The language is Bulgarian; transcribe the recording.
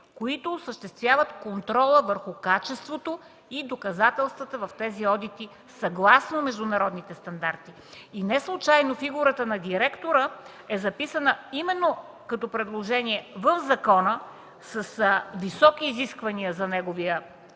които осъществяват контрола върху качеството и доказателствата в тези одити, съгласно международните стандарти. И неслучайно фигурата на директора е записана именно като предложение в закона с високи изисквания за неговия и